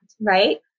right